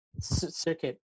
circuit